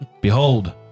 Behold